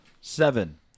seven